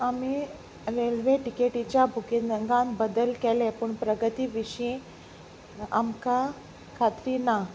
आमी रेल्वे टिकेटीच्या बुकिंगान बदल केले पूण प्रगती विशीं आमकां खात्री ना